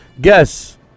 Guess